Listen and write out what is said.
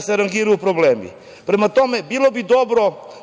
se rangiraju problemi. Prema tome, bilo bi dobro